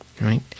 right